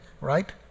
right